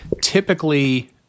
Typically